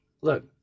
Look